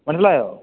മനസ്സിലായോ